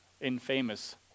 infamous